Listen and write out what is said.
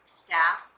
staff